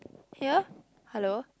here hello